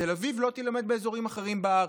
בתל אביב לא תילמד באזורים אחרים בארץ.